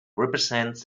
represents